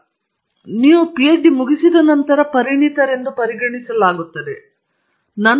ಉದಾಹರಣೆಗೆ ನಿಮ್ಮ ಪಿಎಚ್ಡಿ ಮುಗಿಸಿದ ನಂತರ ಪರಿಣಿತರಾಗಿ ಪರಿಗಣಿಸಲಾಗುತ್ತದೆ ನಿಮಗೆ ಪರಿಣಿತರೆಂದು ಪರಿಗಣಿಸಲಾಗುತ್ತದೆ